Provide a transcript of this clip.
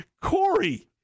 Corey